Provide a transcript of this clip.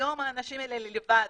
היום האנשים האלה לבד.